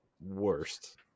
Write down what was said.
worst